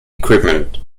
equipment